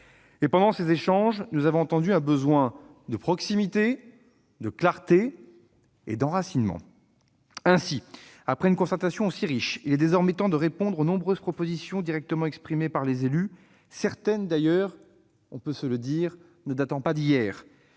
Pendant ces échanges, nous avons entendu un besoin de proximité, de clarté et d'enracinement. Ainsi, après une concertation aussi riche, il est désormais temps de répondre aux nombreuses propositions directement exprimées par les élus, certaines- on peut se le dire -ne datant pas d'hier.